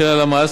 של הלמ"ס,